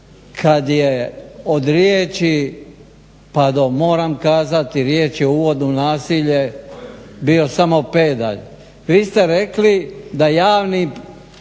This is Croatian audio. kad je od riječi pa do moram kazati, riječ je uvod u nasilje bio samo pedalj. Vi ste rekli da javni,